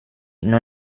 non